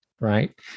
right